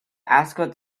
ascot